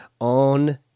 On